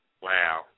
Wow